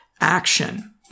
action